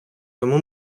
тому